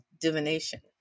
divination